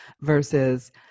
versus